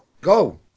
Go